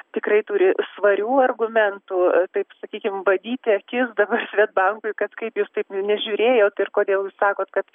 tikrai turi svarių argumentų taip sakykim badyti akis dabar svedbankui kad kaip jūs taip nežiūrėjot ir kodėl jūs sakot kad